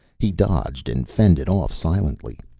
he dodged and fended off silently.